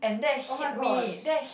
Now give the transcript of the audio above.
oh-my-gosh